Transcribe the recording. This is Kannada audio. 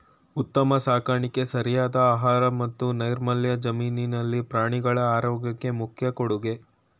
ಉತ್ತಮ ಸಾಕಾಣಿಕೆ ಸರಿಯಾದ ಆಹಾರ ಮತ್ತು ನೈರ್ಮಲ್ಯ ಜಮೀನಿನಲ್ಲಿ ಪ್ರಾಣಿಗಳ ಆರೋಗ್ಯಕ್ಕೆ ಮುಖ್ಯ ಕೊಡುಗೆ